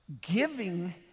giving